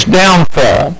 downfall